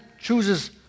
chooses